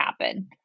happen